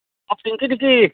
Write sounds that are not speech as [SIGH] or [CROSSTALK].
[UNINTELLIGIBLE]